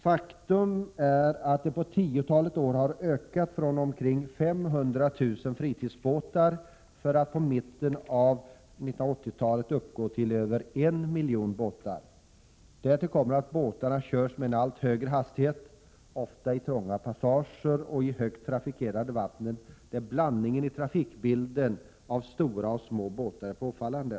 Faktum är att antalet fritidsbåtar på tiotalet år har ökat från omkring 500 000, för att på mitten av 1980-talet uppgå till över en miljon båtar. Därtill kommer att båtarna körs med allt högre hastighet, ofta i trånga passager och i starkt trafikerade vatten, där blandningen i trafikbilden av stora och små båtar är påfallande.